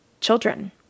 children